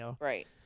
right